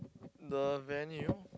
the venue